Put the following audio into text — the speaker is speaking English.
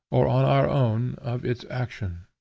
or on our own, of its action.